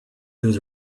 those